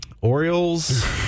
Orioles